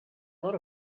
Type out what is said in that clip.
lot